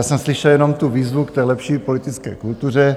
Já jsem slyšel jenom tu výzvu k lepší politické kultuře.